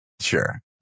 Sure